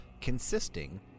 consisting